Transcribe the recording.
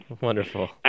Wonderful